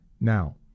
now